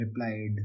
replied